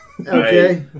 Okay